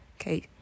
okay